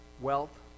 Wealth